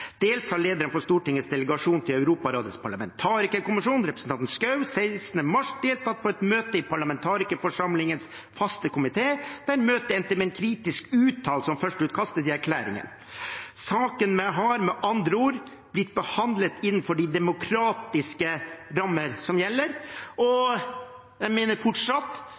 Dels har lederen av Stortingets delegasjon til Europarådets parlamentarikerforsamling, representanten Ingjerd Schou, den 16. mars deltatt på et møte i parlamentarikerforsamlingens faste komité, der møtet endte med en kritisk uttalelse om førsteutkastet til erklæringen. Saken har med andre ord blitt behandlet innenfor de demokratiske rammene som gjelder. Jeg mener fortsatt